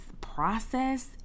process